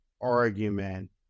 argument